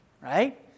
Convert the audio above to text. right